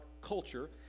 culture